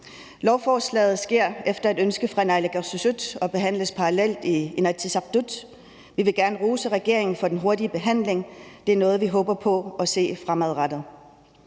Lovforslaget behandles efter et ønske fra naalakkersuisut og behandles parallelt i Inatsisartut. Vi vil gerne rose regeringen for den hurtige behandling. Det er også noget, vi håber på at se fremadrettet.